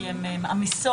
כי הן מעמיסות.